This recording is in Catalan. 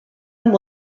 amb